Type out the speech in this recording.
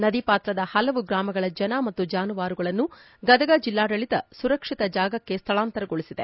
ನದಿ ಪಾತ್ರದ ಹಲವು ಗ್ರಾಮಗಳ ಜನ ಮತ್ತು ಜಾನುವಾರುಗಳನ್ನು ಗದಗ ಜಿಲ್ಲಾಡಳಿತ ಸುರಕ್ಷಿತ ಜಾಗಕ್ಕೆ ಸ್ಥಳಾಂತರಗೊಳಿಸಿದೆ